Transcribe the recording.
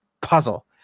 puzzle